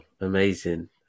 amazing